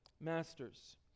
masters